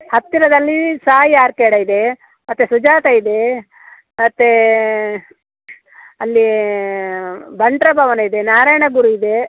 ಹತ್ತಿರದಲ್ಲಿ ಸಾಯಿ ಆರ್ಕೇಡ ಇದೆ ಮತ್ತೆ ಸುಜಾತ ಇದೆ ಮತ್ತು ಅಲ್ಲಿ ಬಂಟರ ಭವನ ಇದೆ ನಾರಾಯಣ ಗುರು ಇದೆ